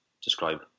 describe